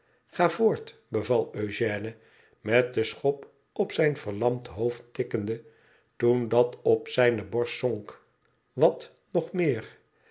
ga voort beval ëugène met de schop op zijn verlamd hoofd tikkende toen dat op zijne borst zonk wat nog meer